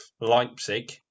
Leipzig